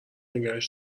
نگهش